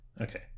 Okay